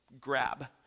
grab